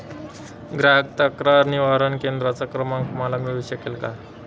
ग्राहक तक्रार निवारण केंद्राचा क्रमांक मला मिळू शकेल का?